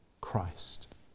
Christ